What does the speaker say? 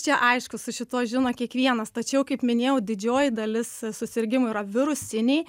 čia aišku su šituo žino kiekvienas tačiau kaip minėjau didžioji dalis susirgimų yra virusiniai